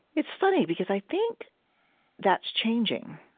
it's funny, because i think that's changing.